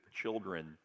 children